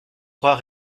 croire